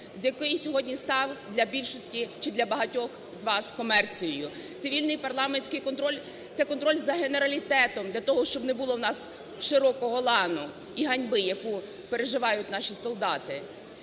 який сьогодні став для більшості чи для багатьох з вас комерцією. Цивільний парламентський контроль – це контроль за генералітетом для того, щоб не було у нас "Широкого лану" і ганьби, яку переживають наші солдати.